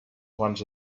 abans